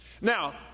Now